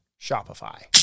shopify